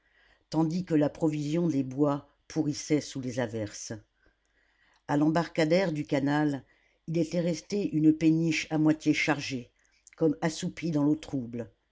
tandis que la provision des bois pourrissait sous les averses a l'embarcadère du canal il était resté une péniche à moitié chargée comme assoupie dans l'eau trouble